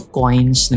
coins